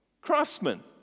craftsman